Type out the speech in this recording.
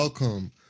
Welcome